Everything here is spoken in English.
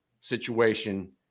situation